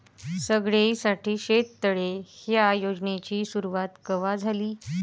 सगळ्याइसाठी शेततळे ह्या योजनेची सुरुवात कवा झाली?